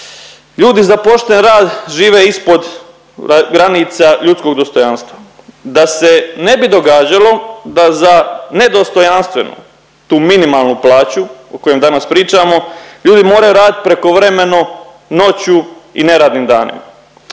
ljudi za pošten rad žive ispod granica ljudskog dostojanstva. Da se ne bi događalo da za nedostojanstvenu tu minimalnu plaću o kojoj danas pričamo, ljudi moraju radit prekovremeno, noću i neradnim danima.